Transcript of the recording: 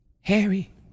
Harry